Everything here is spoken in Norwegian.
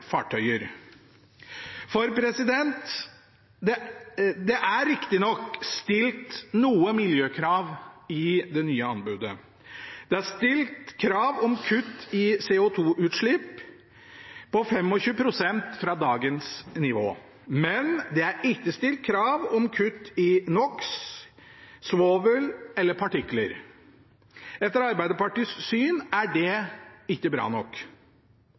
fartøyer. Det er riktignok stilt noen miljøkrav i det nye anbudet. Det er stilt krav om kutt i CO 2 -utslipp på 25 pst. fra dagens nivå. Men det er ikke stilt krav om kutt i NO x , svovel eller partikler. Etter Arbeiderpartiets syn er det ikke bra nok.